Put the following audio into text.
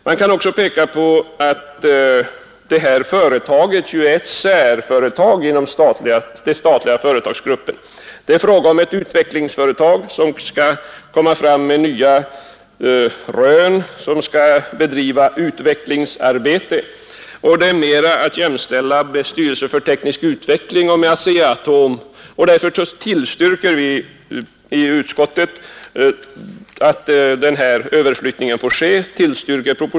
Man kan också peka på att detta företag är ett särföretag inom den statliga företagsgruppen. Det är fråga om ett utvecklingsföretag, som skall komma fram till nya rön och bedriva ett utvecklingsarbete. Det är mera att jämställa med styrelsen för teknisk utveckling och med AB Atomenergi. Därför tillstyrker vi i utskottet att överflyttningen får ske.